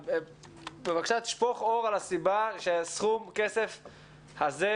בבקשה תשפוך אור על הסיבה שסכום הכסף הזה,